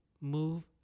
move